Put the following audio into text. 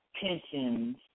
pensions